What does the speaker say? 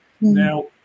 Now